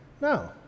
No